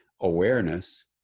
awareness